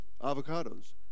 avocados